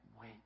wait